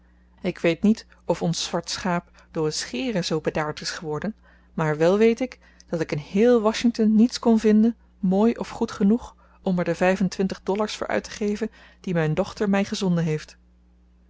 ik weet niet of ons zwart schaap door het scheren zoo bedaard is geworden maar wel weet ik dat ik in heel washington niets kon vinden mooi of goed genoeg om er de vijfentwintig dollars voor uit te geven die mijn dochter mij gezonden heeft